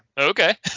Okay